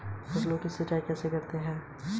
फसलों की सिंचाई कैसे करते हैं?